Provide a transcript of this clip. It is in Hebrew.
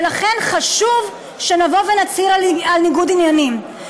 ולכן חשוב שנבוא ונצהיר על ניגוד עניינים.